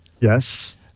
Yes